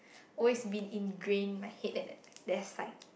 always been ingrain my head that there's like